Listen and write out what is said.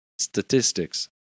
statistics